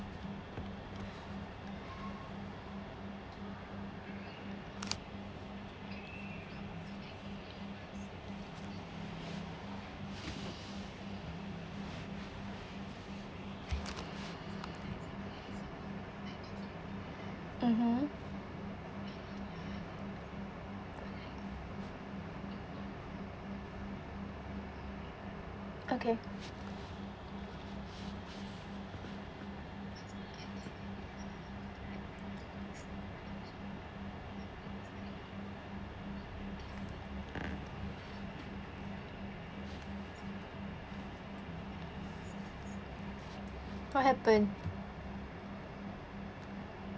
mmhmm okay what happened